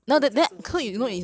跟我讲这种东西做么